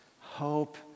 hope